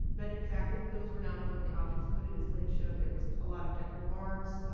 but, in fact, those were not the only objects looted. as lynn showed, there was a lot of decorative arts,